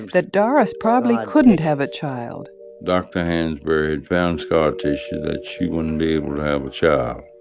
that doris probably couldn't have a child dr. hansbury had found scar tissue that she wouldn't be able to have a child.